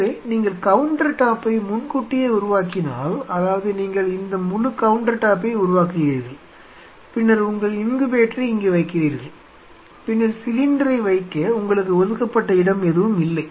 எனவே நீங்கள் கவுண்டர்டாப்பை முன்கூட்டியே உருவாக்கினால் அதாவது நீங்கள் இந்த முழு கவுண்டர்டாப்பை உருவாக்குகிறீர்கள் பின்னர் உங்கள் இன்குபேட்டரை இங்கே வைக்கிறீர்கள் பின்னர் சிலிண்டரை வைக்க உங்களுக்கு ஒதுக்கப்பட்ட இடம் எதுவும் இல்லை